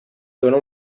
dona